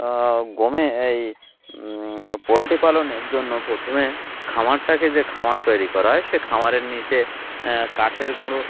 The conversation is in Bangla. গরমে এই পোলট্রি পালনের জন্য প্রথমে খামারটাকে যে খামার তৈরি করা হয় সে খামারের নিচে কাঠের গুঁড়ো